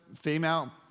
female